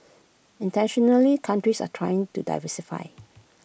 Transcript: internationally countries are trying to diversify